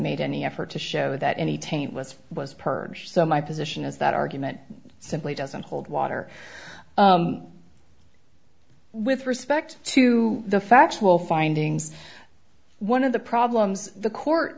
made any effort to show that any taint was was purged so my position is that argument simply doesn't hold water with respect to the factual findings one of the problems the court